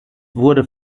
wurde